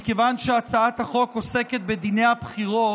מכיוון שהצעת החוק עוסקת בדיני הבחירות,